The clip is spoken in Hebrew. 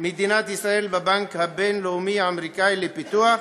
מדינת ישראל בבנק הבין-אומי האמריקני לפיתוח,